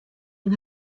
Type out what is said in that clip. yng